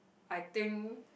I think